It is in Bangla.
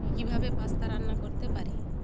আমি কীভাবে পাস্তা রান্না করতে পারি